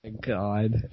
God